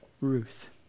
Ruth